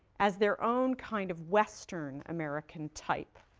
as their own kind of western american type,